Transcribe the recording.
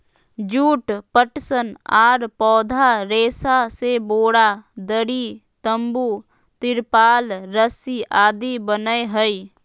जुट, पटसन आर पौधा रेशा से बोरा, दरी, तंबू, तिरपाल रस्सी आदि बनय हई